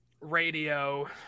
Radio